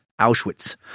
Auschwitz